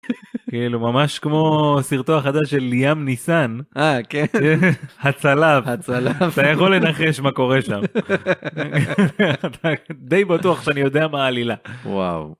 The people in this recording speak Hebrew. כאילו ממש כמו סרטו החדש של ים ניסן, הצלב, אתה יכול לנחש מה קורה שם,